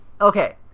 Okay